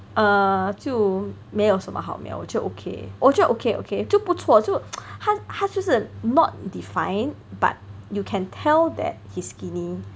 err 就没有什么好喵我就 okay 我就 okay okay 就不错就他他就是 not defined but you can tell that he's skinny